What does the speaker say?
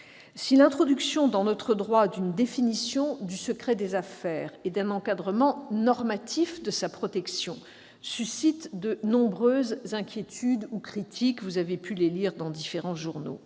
Si l'introduction dans notre droit d'une définition du secret des affaires et d'un encadrement normatif de sa protection suscite de nombreuses inquiétudes ou critiques- vous avez pu les lire dans différents journaux